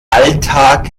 alltag